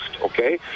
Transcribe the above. okay